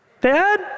Dad